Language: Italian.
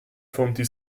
fonti